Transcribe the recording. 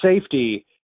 safety